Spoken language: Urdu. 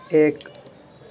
ایک